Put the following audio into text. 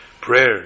Prayer